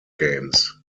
games